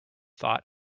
thought